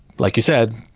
like you said,